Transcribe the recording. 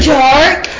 dark